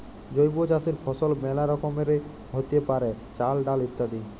জৈব চাসের ফসল মেলা রকমেরই হ্যতে পারে, চাল, ডাল ইত্যাদি